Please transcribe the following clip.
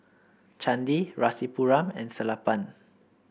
Chandi Rasipuram and Sellapan